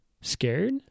scared